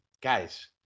guys